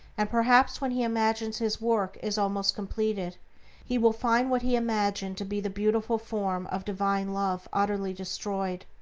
and perhaps when he imagines his work is almost completed he will find what he imagined to be the beautiful form of divine love utterly destroyed,